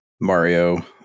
Mario